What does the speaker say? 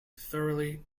thoroughly